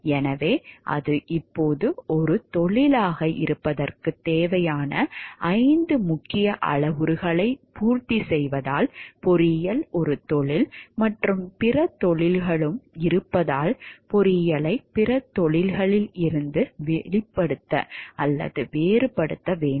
எனவே அது இப்போது ஒரு தொழிலாக இருப்பதற்கு தேவையான ஐந்து முக்கிய அளவுருக்களையும் பூர்த்தி செய்வதால் பொறியியல் ஒரு தொழில் மற்றும் பிற தொழில்களும் இருப்பதால் பொறியியலை பிற தொழில்களில் இருந்து வேறுபடுத்த வேண்டும்